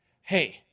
Hey